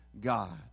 God